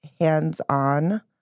hands-on